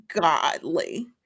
godly